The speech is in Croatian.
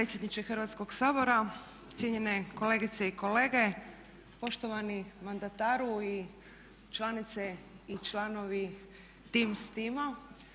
Hrvatskog sabora, cijenjene kolegice i kolege, poštovani mandataru i članice i članove Tim's tima